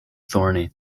thorny